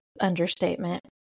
understatement